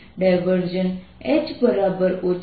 H